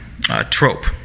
trope